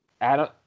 Adam